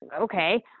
okay